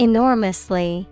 Enormously